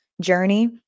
journey